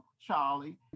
Charlie